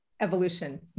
Evolution